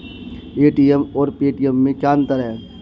ATM और Paytm में क्या अंतर है?